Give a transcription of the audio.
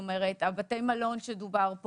על בתי המלון שדוברו,